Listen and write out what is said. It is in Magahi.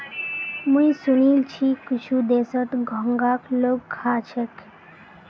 मुई सुनील छि कुछु देशत घोंघाक लोग खा छेक